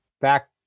back